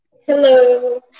Hello